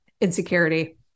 insecurity